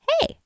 hey